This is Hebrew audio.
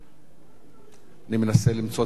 אני מנסה למצוא את המלים,